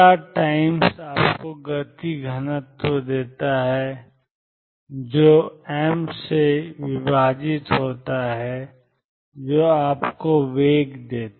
times आपको गति घनत्व देता है जो m से विभाजित होता है जो आपको वेग देता है